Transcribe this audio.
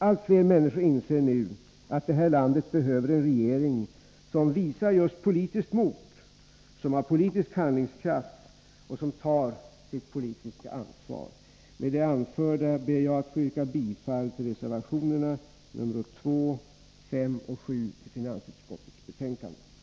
Allt fler människor inser nu att det här landet behöver en regering som visar politiskt mod, som har politisk handlingskraft och som tar sitt politiska ansvar. Med det anförda ber jag att få yrka bifall till reservationerna 2, 5 och 7 till finansutskottets betänkande nr 15.